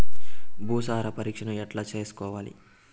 భూసార పరీక్షను ఎట్లా చేసుకోవాలి?